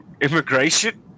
immigration